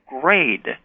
grade